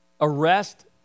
arrest